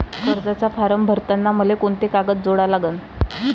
कर्जाचा फारम भरताना मले कोंते कागद जोडा लागन?